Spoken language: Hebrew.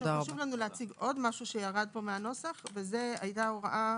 חשוב לנו להציג עוד משהו שירד מהנוסח היתה הוראה